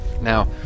Now